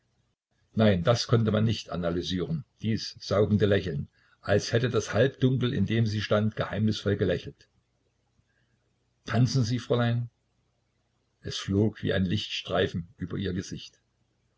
nein das konnte man nicht analysieren dies saugende lächeln als hätte das halbdunkel in dem sie stand geheimnisvoll gelächelt tanzen sie fräulein es flog wie ein lichtstreifen über ihr gesicht